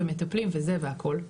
ומטפלים וזה והכל,